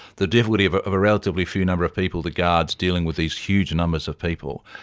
the difficulty of ah of a relatively few number of people, the guards, dealing with these huge numbers of people,